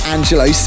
Angelo